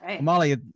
Molly